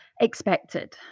expected